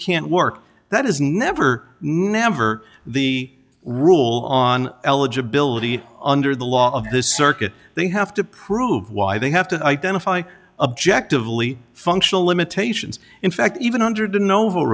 can't work that is never never the rule on eligibility under the law of this circuit they have to prove why they have to identify objective li functional limitations in fact even under the nov